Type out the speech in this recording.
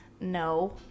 No